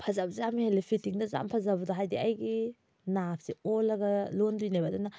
ꯐꯖꯕꯁꯨ ꯌꯥꯝ ꯍꯦꯜꯂꯤ ꯐꯤꯠꯇꯤꯡꯗꯁꯨ ꯌꯥꯝ ꯐꯖꯕꯗꯣ ꯍꯥꯏꯗꯤ ꯑꯩꯒꯤ ꯅꯥꯞꯁꯦ ꯑꯣꯜꯂꯒ ꯂꯣꯟꯗꯣꯏꯅꯦꯕ ꯑꯗꯨꯅ